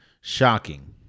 Shocking